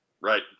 Right